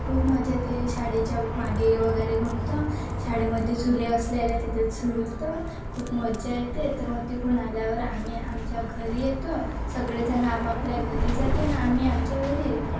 खूप मजा येते शाळेच्या मागे वगैरे घुमतो शाळेमध्ये झुले असलेल्या तिथे झुलतं खूप मज्जा येते तर मग तिकडून आल्यावर आम्ही आमच्या घरी येतो सगळेजणं आपापल्या घरी जाते ना आम्ही आमच्या घरी येतो